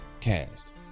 Cast